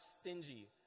stingy